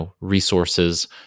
resources